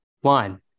one